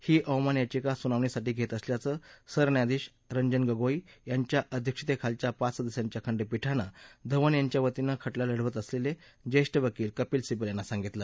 ही अवमान याचिका सुनावणीसाठी घेत असल्याचं सरन्यायाधीश रंजन गोगोई यांच्या अध्यक्षतेखालच्या पाच सदस्यांच्या खंडपीठानं धवन यांच्या वतीनं खटला लढवत असलेले ज्येष्ठ वकील कपिल सिब्बल यांना सांगितलं